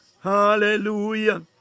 hallelujah